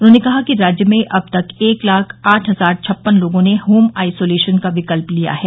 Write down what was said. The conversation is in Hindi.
उन्होंने कहा कि राज्य में अब तक एक लाख आठ हजार छप्पन लोगों ने होम आइसोलेशन का विकल्प लिया है